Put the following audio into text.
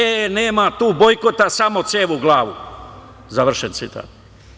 E, nema tu bojkota, samo cev u glavu“, završen citat.